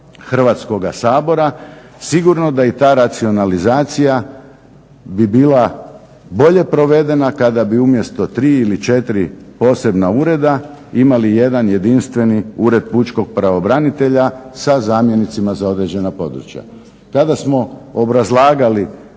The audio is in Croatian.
Hrvatskoga sabora. Sigurno da i ta racionalizacija bi bila bolje provedena kada bi umjesto tri ili četiri posebna ureda imali jedan jedinstveni Ured pučkog pravobranitelja sa zamjenicima za određena područja. Tada smo obrazlagali